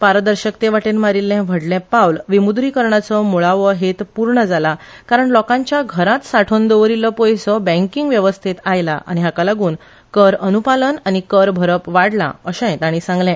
पारदर्शकते वटेन मारील्ले व्हडले पावल विम्द्रीकरणाचो म्ळावो हेत पूर्ण जाला कारण लोकांच्या घरांत साठोवन दवरिल्लो पयसो बॅकींग वेवस्तेत आयलां आनी हाका लागून कर अन्पालन आनी कर भरप वाडलां असेय तांणी सांगले